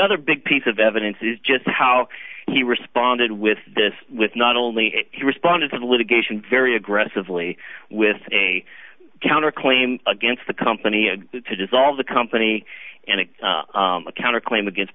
other big piece of evidence is just how he responded with this with not only he responded to litigation very aggressively with a counter claim against the company and to dissolve the company and in a counter claim against